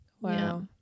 wow